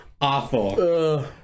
awful